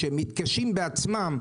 שהם מתקשים בעצמם,